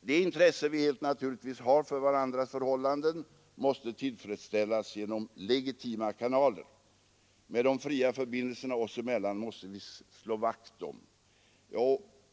Det intresse vi helt naturligt har för varandras förhållanden måste tillfredsställas genom legitima kanaler, men de fria förbindelserna oss emellan måste vi slå vakt om.